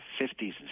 50s